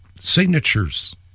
signatures